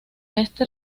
este